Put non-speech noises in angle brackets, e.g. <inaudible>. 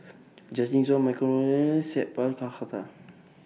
Justin Zhuang Michael Wong <unintelligible> Sat Pal Khattar